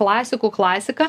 klasikų klasika